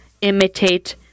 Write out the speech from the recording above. imitate